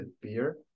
beer